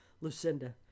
Lucinda